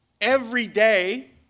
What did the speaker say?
everyday